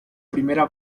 primera